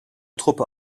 truppe